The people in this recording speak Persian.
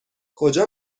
کجا